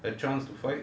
a chance to fight